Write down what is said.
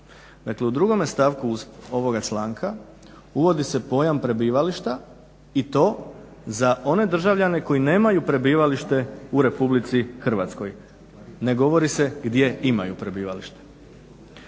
Dakle u drugome stavku ovoga članka uvodi se pojam prebivališta i to za one državljane koji nemaju prebivalište u Republici Hrvatskoj. Ne govori se gdje imaju prebivalište.